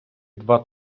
два